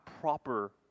proper